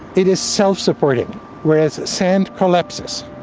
it is self-supportive whereas sand collapses.